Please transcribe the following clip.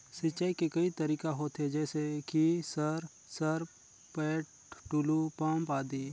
सिंचाई के कई तरीका होथे? जैसे कि सर सरपैट, टुलु पंप, आदि?